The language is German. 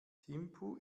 thimphu